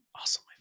Awesome